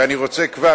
ואני כבר רוצה,